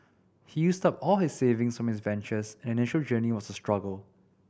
he used up all his savings for his ventures and the initial journey was a struggle